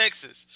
Texas